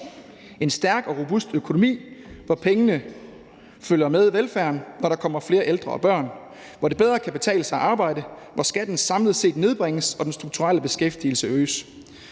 en stærk og robust økonomi, hvor pengene følger med velfærden, når der kommer flere ældre og børn, hvor det bedre kan betale sig at arbejde, hvor skatten samlet set nedbringes og den strukturelle beskæftigelse øges.